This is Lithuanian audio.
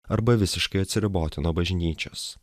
arba visiškai atsiriboti nuo bažnyčios